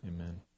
Amen